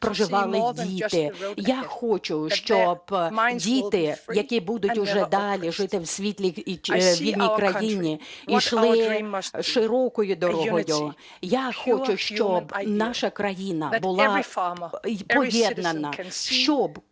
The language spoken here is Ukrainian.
проживали діти. Я хочу, щоб діти, які будуть вже далі жити в світлій і вільній країні, йшли широкою дорогою. Я хочу, щоб наша країна була поєднана, щоб